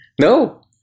No